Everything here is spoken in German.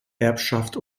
erbschaft